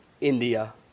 India